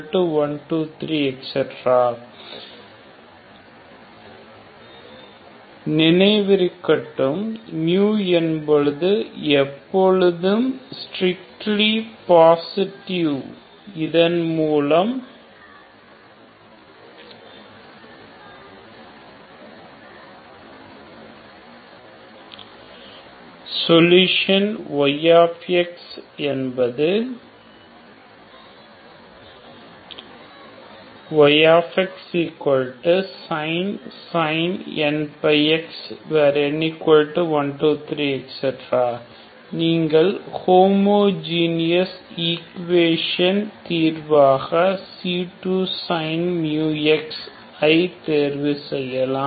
This implies the solution yx is நினைவிருக்கட்டும் என்பது எப்பொழுதும் ஸ்ட்ரிக்லி பாசிட்டிவ் இதன்மூலம் சோலுஷன் y என்பது yxsin nπx n123 நீங்கள் ஹோமோஜீனஸ் ஈக்வேசன் தீர்வாக c2 sin μx தேர்வு செய்யலாம்